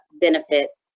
benefits